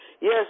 Yes